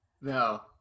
No